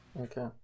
okay